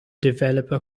developer